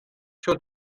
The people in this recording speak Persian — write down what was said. شتر